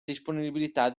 disponibilità